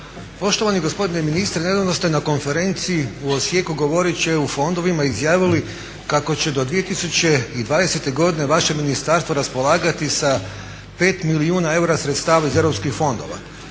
Poštovani gospodine ministre nedavno ste na konferenciji u Osijeku govoreći o EU fondovima izjavili kako će do 2020. godine vaše ministarstvo raspolagati sa 5 milijuna eura sredstava iz europskih fondova.